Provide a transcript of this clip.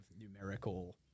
numerical